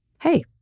Hey